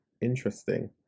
interesting